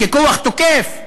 ככוח תוקף,